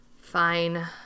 Fine